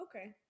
Okay